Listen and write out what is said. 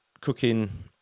cooking